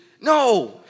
No